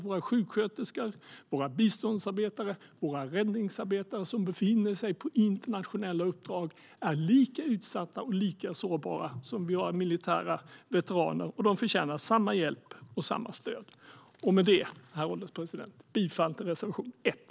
Våra sjuksköterskor, våra biståndsarbetare och våra räddningsarbetare som befinner sig på internationella uppdrag är lika utsatta och sårbara som våra militära veteraner, och de förtjänar samma hjälp och samma stöd. Herr ålderspresident! Jag yrkar bifall till reservation 1.